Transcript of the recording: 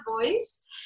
voice